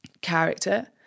character